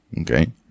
Okay